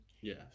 yes